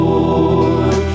Lord